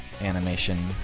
animation